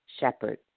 shepherd